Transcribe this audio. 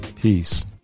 Peace